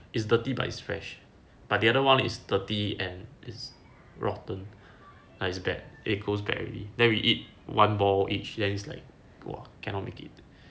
it's dirty but it's fresh but the other one is dirty and it's rotten like it's bad it goes bad already then we eat one ball each then is like !wah! cannot make it